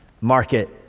market